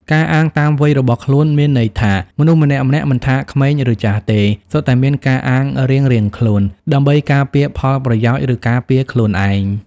ការអាងតាមវ័យរបស់ខ្លួន មានន័យថា មនុស្សម្នាក់ៗមិនថាក្មេង ឬចាស់ទេ សុទ្ធតែមានការអាងរៀងៗខ្លួន ដើម្បីការពារផលប្រយោជន៍ ឬការពារខ្លួនឯង ។